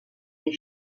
des